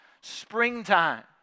springtime